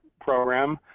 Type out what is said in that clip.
program